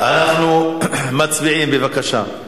ההצעה להעביר את הנושא לוועדת החינוך,